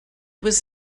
was